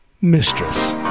Mistress